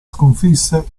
sconfisse